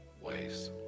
ways